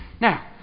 now